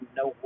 no